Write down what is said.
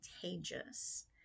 contagious